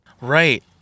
Right